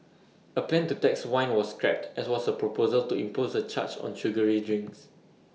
A plan to tax wine was scrapped as was A proposal to impose A charge on sugary drinks